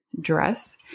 dress